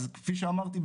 אז כפי שאמרתי,